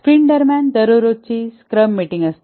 sprint दरम्यान दररोजची scrum meeting असते